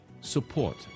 support